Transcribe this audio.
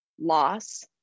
loss